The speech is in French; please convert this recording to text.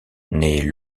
naît